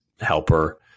helper